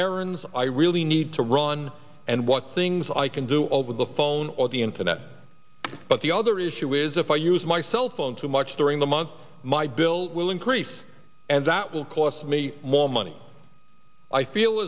errands i really need to run and what things i can do over the phone or the internet but the other issue is if i use my cell phone too much during the month my bill will increase and that will cost me more money i feel